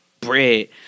bread